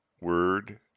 word